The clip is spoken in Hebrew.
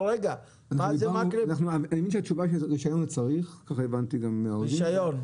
הבנתי שצריך רישיון.